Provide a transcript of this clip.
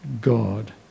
God